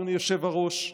אדוני היושב בראש,